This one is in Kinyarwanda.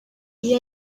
iyo